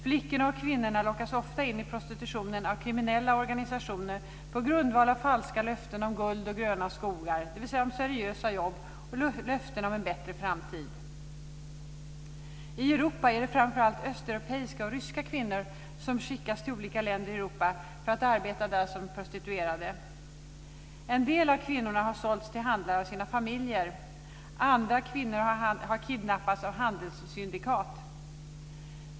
Flickorna och kvinnorna lockas ofta in i prostitutionen av kriminella organisationer på grundval av falska löften om guld och gröna skogar, dvs. löften om seriösa jobb och en bättre framtid. I Europa är det framför allt östeuropeiska och ryska kvinnor som skickas till olika länder i Europa för att arbeta som prostituerade. En del av kvinnorna har sålts till handlare av sina familjer, andra kvinnor har kidnappats av handelssyndikat.